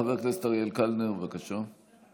חבר הכנסת אריאל קלנר, בבקשה.